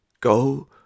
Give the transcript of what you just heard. Go